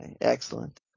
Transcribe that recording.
Excellent